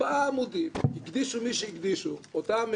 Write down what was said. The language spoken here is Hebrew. ארבעה עמודים הקדישו מי שהקדישו, אותם